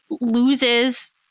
loses